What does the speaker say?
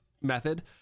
method